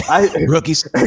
Rookies